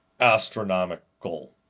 astronomical